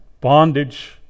bondage